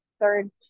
third